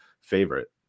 favorite